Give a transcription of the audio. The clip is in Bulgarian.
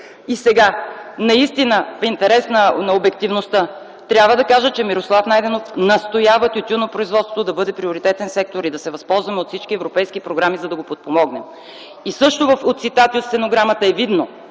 кабинет. В интерес на обективността, трябва да кажа, че Мирослав Найденов настоява тютюнопроизводството да бъде приоритетен сектор и да се възползваме от всички европейски програми, за да го подпомогнем. От цитати в стенограмата е видно,